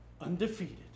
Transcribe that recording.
undefeated